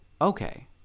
Okay